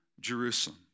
Jerusalem